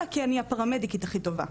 אלא כי אני הפרמדיקית הכי טובה,